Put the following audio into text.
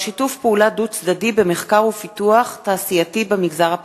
שיתוף פעולה דו-צדדי במחקר ופיתוח תעשייתי במגזר הפרטי.